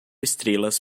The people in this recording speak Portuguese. estrelas